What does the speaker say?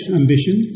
ambition